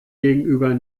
gegenüber